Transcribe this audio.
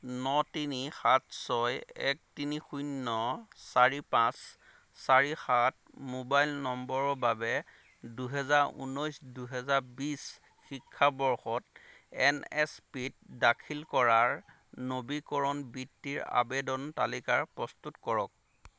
ন তিনি সাত ছয় এক তিনি শূন্য চাৰি পাঁচ চাৰি সাত মোবাইল নম্বৰৰ বাবে দুহেজাৰ ঊনেছ দুহেজাৰ বিছ শিক্ষাবৰ্ষত এন এছ পিত দাখিল কৰাৰ নবীকৰণ বৃত্তিৰ আবেদনৰ তালিকা প্ৰস্তুত কৰক